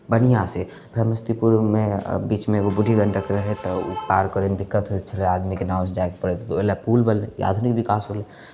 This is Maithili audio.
बढ़िआँसँ समस्तीपुरमे बीचमे एगो बूढ़ी गण्डक रहय तऽ ओ पार करयमे दिक्कत होइत छलै आदमीके नावसँ जायके पड़ै ओहि लए पुल बनलै ई आधुनिक विकास भेलै